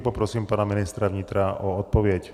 Poprosím pana ministra vnitra o odpověď.